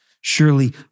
Surely